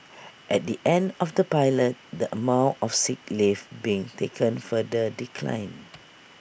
at the end of the pilot the amount of sick leave being taken further declined